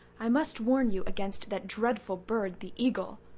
i must warn you against that dreadful bird, the eagle.